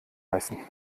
leisten